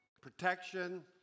protection